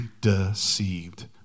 deceived